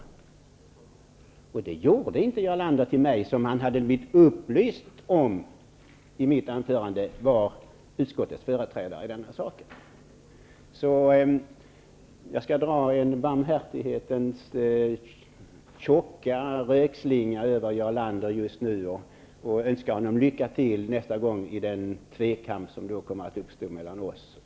Det här gjorde inte Jarl Lander till mig -- när han ändå hade blivit upplyst om när jag i mitt anförande sade att jag var utskottets företrädare i detta ärende. Jag skall dra en barmhärtighetens tjocka rökslinga över Jarl Lander. Jag önskar honom lycka till nästa gång i den tvekamp som kommer att uppstå mellan oss och honom.